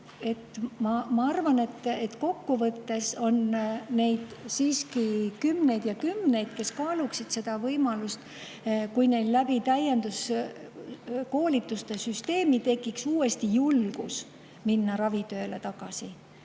ma arvan, et kokkuvõttes on neid siiski kümneid ja kümneid, kes kaaluksid seda võimalust, kui neil täienduskoolituste süsteemi kaudu tekiks uuesti julgus minna ravitööle tagasi.